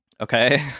Okay